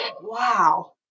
wow